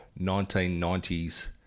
1990s